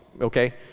Okay